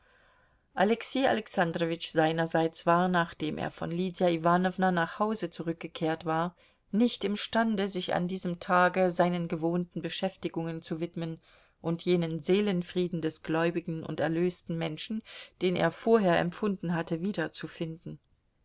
alexei alexandrowitsch seinerseits war nachdem er von lydia iwanowna nach hause zurückgekehrt war nicht imstande sich an diesem tage seinen gewohnten beschäftigungen zu widmen und jenen seelenfrieden des gläubigen und erlösten menschen den er vorher empfunden hatte wiederzufinden